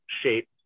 shape